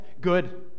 good